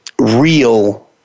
real